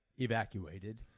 evacuated